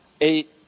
eight